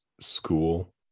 school